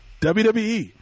WWE